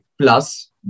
plus